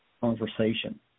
conversation